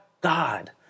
God